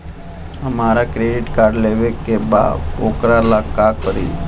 हमरा credit card लेवे के बा वोकरा ला का करी?